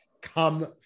come